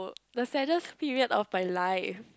the saddest period of my life